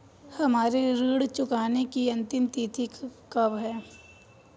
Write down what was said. हमारी ऋण चुकाने की अंतिम तिथि कब है?